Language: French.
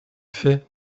faits